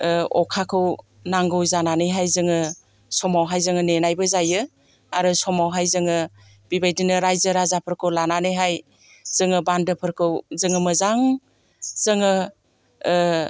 अखाखौ नांगौ जानानैहाय जोङो समावहाय जोङो नेनायबो जायो आरो समावहाय जोङो बेबायदिनो राइजो राजाफोरखौ लानानैहाय जोङो बान्दोफोरखौ जोङो मोजां जोङो